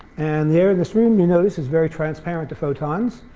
and the air in this room you know this is very transparent to photons,